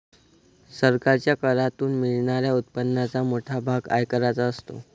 सरकारच्या करातून मिळणाऱ्या उत्पन्नाचा मोठा भाग आयकराचा असतो